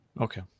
Okay